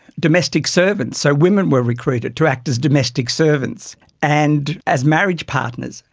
domestic servants, so women were recruited to act as domestic servants and as marriage partners.